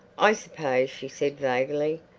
i suppose, she said vaguely,